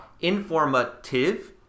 Informative